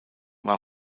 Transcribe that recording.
war